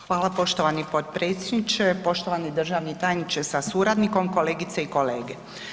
Hvala poštovani potpredsjedniče, poštovani državni tajniče sa suradnikom, kolegice i kolege.